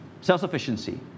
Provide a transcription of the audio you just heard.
self-sufficiency